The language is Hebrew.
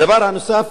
הדבר הנוסף,